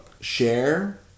share